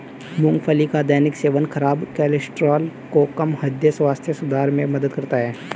मूंगफली का दैनिक सेवन खराब कोलेस्ट्रॉल को कम, हृदय स्वास्थ्य सुधार में मदद करता है